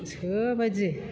गोसोबायदि